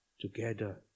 together